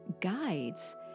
guides